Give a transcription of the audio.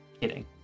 Kidding